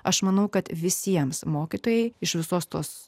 aš manau kad visiems mokytojai iš visos tos